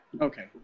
Okay